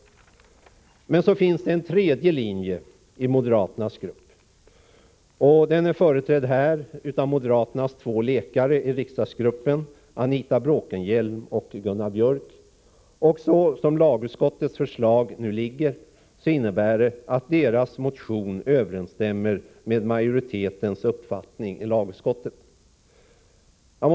Det finns en tredje linje bland moderaterna. Den är företrädd av moderaternas två läkare i riksdagsgruppen, Anita Bråkenhielm och Gunnar Biörck i Värmdö. Deras motion överensstämmer med majoritetens uppfattning i lagutskottet.